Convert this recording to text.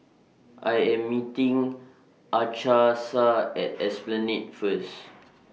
I Am meeting Achsah At Esplanade First